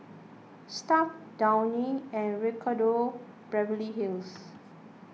Stuff'd Downy and Ricardo Beverly Hills